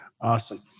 Awesome